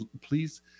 please